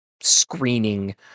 screening